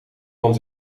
van